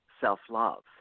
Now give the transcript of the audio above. self-love